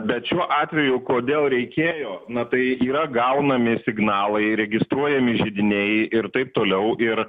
bet šiuo atveju kodėl reikėjo na tai yra gaunami signalai registruojami židiniai ir taip toliau ir